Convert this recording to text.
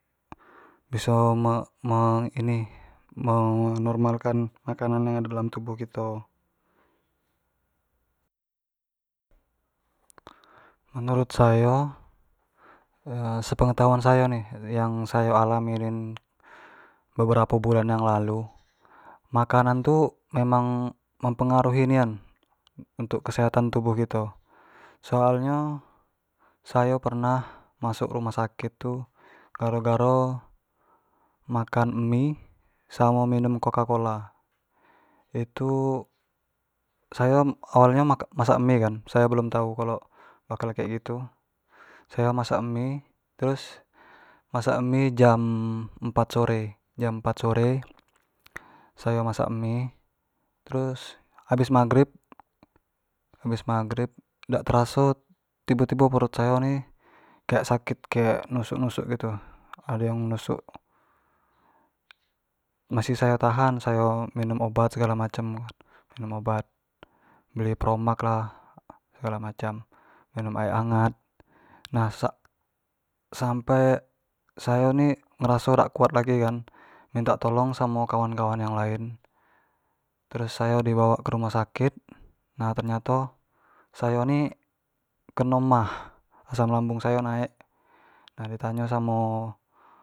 sebenarnyo semuo jenis makanan tu berpenagruh samo badan kito ni, kalo kito makan terlalu banyak, terlalu kenyang jugo dak bagus buat organ tubuh di dalam kito ni, kek missal nyo kan kito makan banyak santan nyo nah itu bisa nyebabkan kito kolesterol, jadi kito harus kontorl makanan apo yang kito makan, jangan terlalu berlebihan. kalau terlalu berlebihan dak bagus jugo jadi di kurang-kurangin gitu sebiso kito-sebiso kito lah kontrol makanan apo makanan yang kito makan kareno semuo makanan tu pasti ado efek samping nyo buat tubuh kito jadi menurut sayo semuo jenis makanan tu berepengaruh buat tubuh kito ni, tergantung kito nyo, sayo- sayo tu suko dengan jengkol sayo pernah makan jengkol sangking enak nyo tu sayo makan nyo tu banyak sampe sayo keno namo nyo tu kejepit jengkol itu kejepit jengkol itu kalau kito mau kencing itu raso nyo sakit, nah itu tu akibat dari kebanyak an makan jengkol jadi semuo jenis makanan tu kayak nyo berpengaruh, jadi tergantung kito nyo mau kek mano kito kontrol diri kito biak kito yo tubuh kito biso.